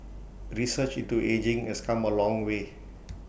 research into ageing has come A long way